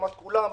בהסכמת כולם,